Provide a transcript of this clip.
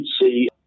see